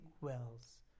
wells